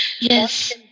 Yes